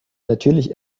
natürlich